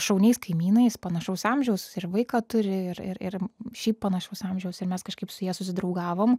šauniais kaimynais panašaus amžiaus ir vaiką turi ir ir ir šiaip panašaus amžiaus ir mes kažkaip su ja susidraugavom